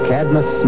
Cadmus